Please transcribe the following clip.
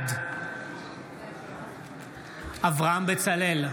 בעד אברהם בצלאל,